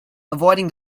avoiding